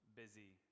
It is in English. busy